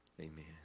amen